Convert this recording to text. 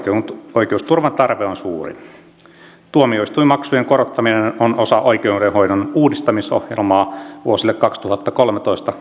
oikeusturvan tarve on suuri tuomioistuinmaksujen korottaminen on osa oikeudenhoidon uudistamisohjelmaa vuosille kaksituhattakolmetoista